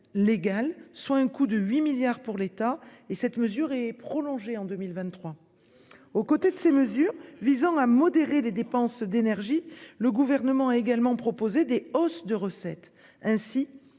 soit un coût de 8 milliards pour l'État et cette mesure est prolongée en 2023. Aux côtés de ces mesures visant à modérer les dépenses d'énergies. Le gouvernement a également proposé des hausses de recettes ainsi